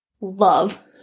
love